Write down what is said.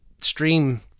stream